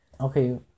okay